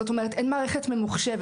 זאת אומרת, אין מערכת ממוחשבת.